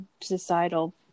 societal